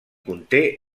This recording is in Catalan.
conté